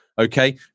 Okay